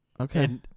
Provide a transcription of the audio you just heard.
Okay